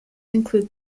include